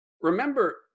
remember